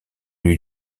eût